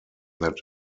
that